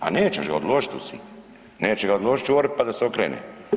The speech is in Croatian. A nećeš ga odložiti u Sinj, neće ga odložiti čuvar pa da se okrene.